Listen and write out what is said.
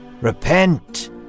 Repent